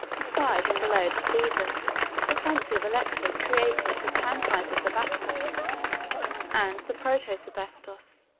beside and below the caesar the fancy of alexius created the panhypersebastos and the protosebastos,